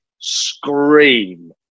scream